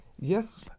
Yes